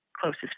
closest